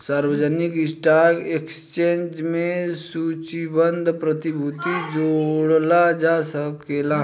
सार्वजानिक stock exchange में सूचीबद्ध प्रतिभूति जोड़ल जा सकेला